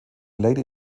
lady